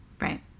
right